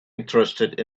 interested